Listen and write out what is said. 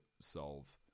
solve